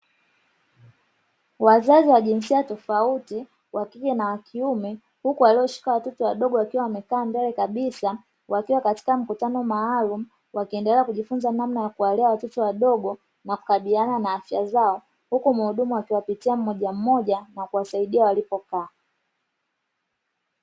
Wazazi wa jinsia tofauti wakike na wakiume huku walioshika watoto wadogo wamekaa mbele kabisa wakiwa katika mkutano maalum wakiendela kujifunza namna ya kuwalea watoto wadogo na kukabiliana na afya zao, huku muhudumu akiwapitia mmoja mmoja na kuwasaidia walipo kaa.